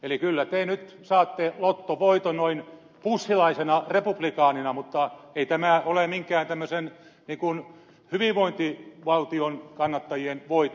eli kyllä te nyt saatte lottovoiton noin bushilaisena republikaanina mutta ei tämä ole hyvinvointivaltion kannattajien voitto